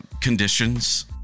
conditions